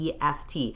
EFT